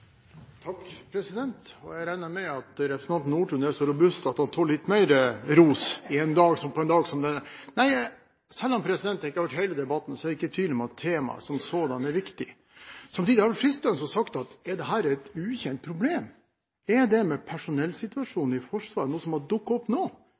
så robust at han tåler litt mer ros på en dag som denne. Selv om jeg ikke har hørt hele debatten, er jeg ikke i tvil om at temaet som sådant er viktig. Samtidig er det fristende å si: Er dette et ukjent problem? Er det med